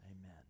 amen